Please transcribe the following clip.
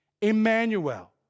Emmanuel